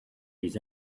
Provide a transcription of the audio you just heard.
his